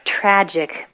tragic